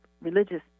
religious